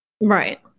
Right